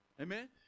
Amen